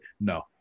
no